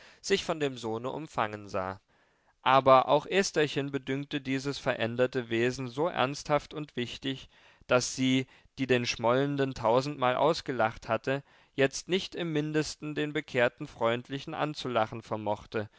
sich von dem sohne umfangen sah aber auch estherchen bedünkte dieses veränderte wesen so ernsthaft und wichtig daß sie die den schmollenden tausendmal ausgelacht hatte jetzt nicht im mindesten den bekehrten freundlichen anzulachen vermochte